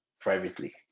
privately